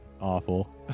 awful